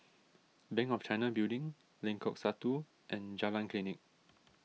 Bank of China Building Lengkok Satu and Jalan Klinik